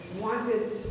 wanted